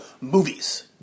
movies